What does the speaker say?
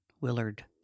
Willard